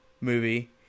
movie